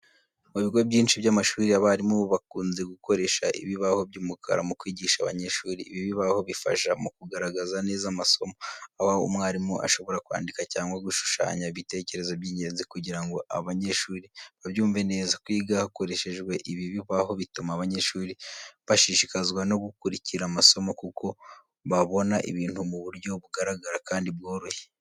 Mu bigo byinshi by’amashuri, abarimu bakunze gukoresha ibibaho by’umukara mu kwigisha abanyeshuri. Ibi bibaho bifasha mu kugaragaza neza amasomo, aho umwarimu ashobora kwandika cyangwa gushushanya ibitekerezo by’ingenzi kugira ngo abanyeshuri babyumve neza. Kwiga hakoreshejwe ibi bibaho bituma abanyeshuri bashishikazwa no gukurikira amasomo, kuko babona ibintu mu buryo bugaragara kandi bworoshye.